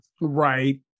Right